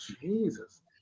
Jesus